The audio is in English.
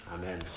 amen